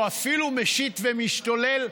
או אפילו משיט ומשתולל,